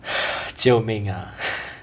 救命 ah